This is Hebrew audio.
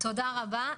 תודה רבה.